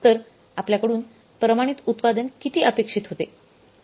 तरआपल्याकडून प्रमाणित उत्पादन किती अपेक्षित होते